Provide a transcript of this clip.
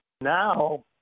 now